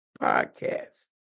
podcast